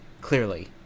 clearly